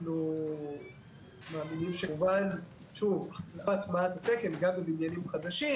אנחנו מאמינים ש -- גם בבניינים חדשים